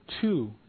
two